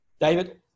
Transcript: David